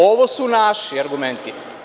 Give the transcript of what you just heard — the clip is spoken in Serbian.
Ovo su naši argumenti.